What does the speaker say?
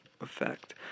effect